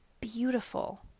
beautiful